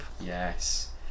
Yes